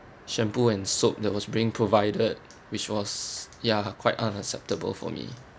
shampoo and soap that was being provided which was ya quite unacceptable for me